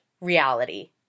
reality